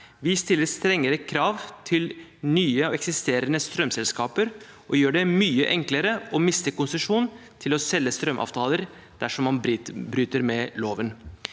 Vi stiller strengere krav til nye og eksisterende strømselskaper og gjør det mye enklere å miste konsesjon til å selge strømavtaler dersom man bryter loven.